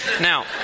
Now